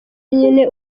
nyine